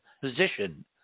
position